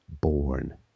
born